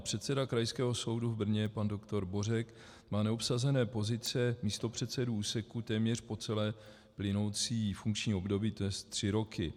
Předseda Krajského soudu v Brně pan doktor Bořek má neobsazené pozice místopředsedů úseků téměř po celé plynoucí funkční období, to jest tři roky.